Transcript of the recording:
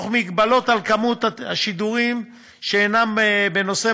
במגבלות על כמות השידורים שאינם בנושא